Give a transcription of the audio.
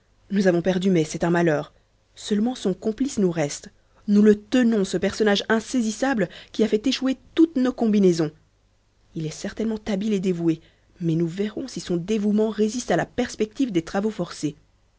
nous avons perdu mai c'est un malheur seulement son complice nous reste nous le tenons ce personnage insaisissable qui a fait échouer toutes nos combinaisons il est certainement habile et dévoué mais nous verrons si son dévouement résiste à la perspective des travaux forcés